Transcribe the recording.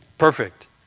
perfect